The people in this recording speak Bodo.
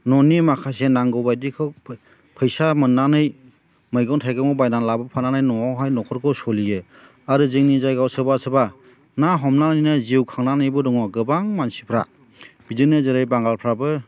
न'नि माखासे नांगौबायदिखौ फैसा मोननानै मैगं थाइगं बायना लाबोफानानै न'आवहाय न'खरखौ सोलियो आरो जोंनि जायगायाव सोरबा सोरबा ना हमनानैनो जिउ खांनानैबो दङ गोबां मानसिफ्रा बिदिनो जेरै बांगालफोराबो